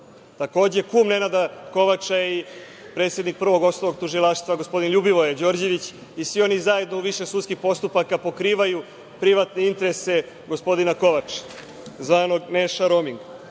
Takođe, kum Nenada Kovača je i predsednik Prvog osnovnog tužilaštva gospodin LJubivoje Đorđević i svi oni zajedno u više sudskih postupaka pokrivaju privatne interese gospodina Kovača, zvanog Neša roming,